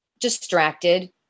distracted